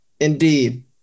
indeed